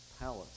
palace